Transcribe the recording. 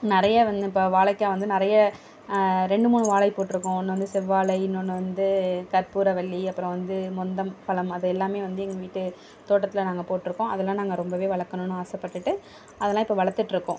நிறைய வந்து இப்போ வாழைக்காய் வந்து நிறைய ரெண்டு மூணு வாழை போட்டுருக்கோம் ஒன்று வந்து செவ்வாழை இன்னொன்று வந்து கற்பூரவள்ளி அப்புறம் வந்து மொந்தம் பழம் அது எல்லாமே வந்து எங்கள் வீட்டு தோட்டத்தில் நாங்கள் போட்டுருக்கோம் அதெலாம் நாங்கள் ரொம்பவே வளர்க்கணும்னு ஆசைப்பட்டுட்டு அதெலாம் இப்போ வளர்த்துட்ருக்கோம்